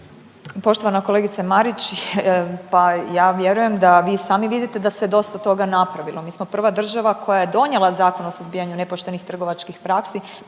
Poštovana kolegice Marić, pa ja vjerujem da vi sami vidite da se dosta toga napravilo. Mi smo prva država koja je donijela Zakon o suzbijanju nepoštenih trgovačkih praksi